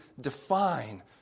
define